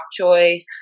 choy